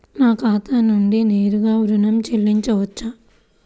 నా ఖాతా నుండి నేరుగా ఋణం చెల్లించవచ్చా?